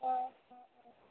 অঁ অঁ অঁ